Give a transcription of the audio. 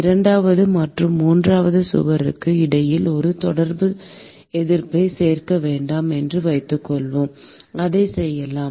இரண்டாவது மற்றும் மூன்றாவது சுவருக்கு இடையில் ஒரு தொடர்பு எதிர்ப்பைச் சேர்க்க வேண்டும் என்று வைத்துக்கொள்வோம் அதைச் செய்யலாம்